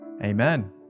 Amen